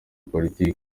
politiki